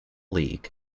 league